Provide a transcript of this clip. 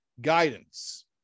guidance